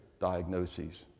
diagnoses